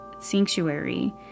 sanctuary